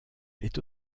est